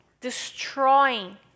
destroying